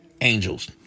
angels